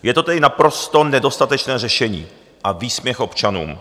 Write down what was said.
Je to tedy naprosto nedostatečné řešení a výsměch občanům.